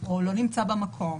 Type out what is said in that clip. או לא נמצא במקום,